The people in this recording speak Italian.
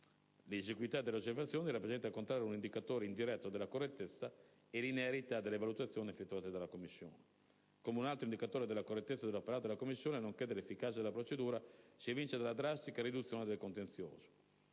L'esiguità delle osservazioni rappresenta, al contrario, un indicatore indiretto della correttezza e linearità delle valutazioni effettuate dalla Commissione. Un altro indicatore della correttezza dell'operato della Commissione, nonché dell'efficacia della procedura, si evince dalla drastica riduzione del contenzioso.